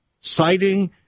citing